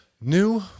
new